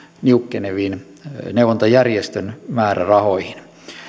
niukkeneviin neuvontajärjestön määrärahoihin